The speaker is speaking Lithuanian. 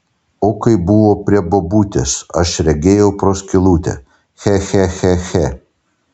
o kaip buvo prie bobutės aš regėjau pro skylutę che che che che